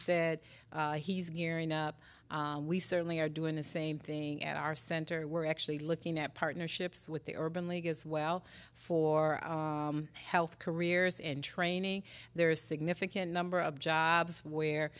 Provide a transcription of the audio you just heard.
said he's gearing up we certainly are doing the same thing at our center we're actually looking at partnerships with the urban league as well for health careers and training there are a significant number of jobs